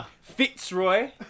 Fitzroy